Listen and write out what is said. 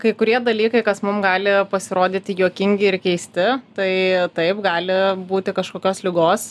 kai kurie dalykai kas mum gali pasirodyti juokingi ir keisti tai taip gali būti kažkokios ligos